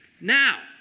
Now